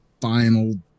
final